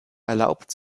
erlaubt